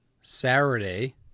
Saturday